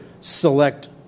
select